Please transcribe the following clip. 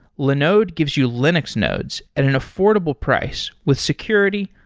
linode gives you linux nodes at an affordable price with security,